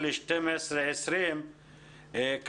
ב01.12.2020,